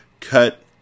Cut